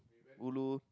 ulu